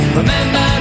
remember